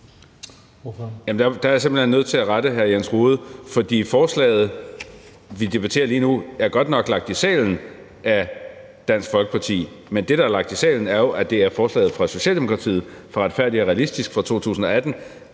Der er jeg simpelt hen nødt til at rette hr. Jens Rohde, fordi forslaget, vi debatterer lige nu, er godt nok lagt i salen af Dansk Folkeparti, men det, der er lagt i salen, er jo, at det er forslaget fra Socialdemokratiets udspil »Retfærdig og Realistisk« fra 2018,